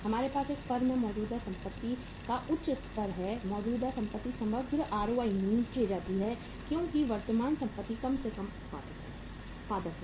हमारे पास एक फर्म में मौजूदा संपत्ति का उच्च स्तर है मौजूदा संपत्ति समग्र आरओआई ROI नीचे जाती है क्योंकि वर्तमान संपत्ति कम से कम उत्पादक हैं